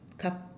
coup~